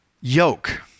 yoke